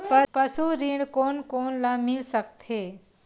पशु ऋण कोन कोन ल मिल सकथे?